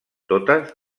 totes